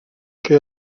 que